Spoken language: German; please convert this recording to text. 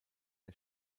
der